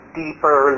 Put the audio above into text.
deeper